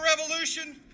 revolution